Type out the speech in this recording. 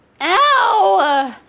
Ow